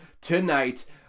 tonight